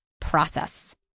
process